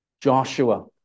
Joshua